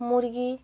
মুরগি